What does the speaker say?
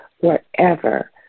wherever